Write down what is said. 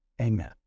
amen